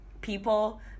people